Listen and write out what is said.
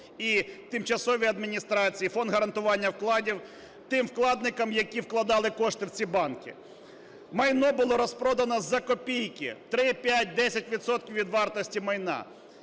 і тимчасові адміністрації, Фонд гарантування вкладів тим вкладникам, які вкладали кошти в ці банки. Майно було розпродано за копійки: 3, 5, 10 відсотків від вартості майна.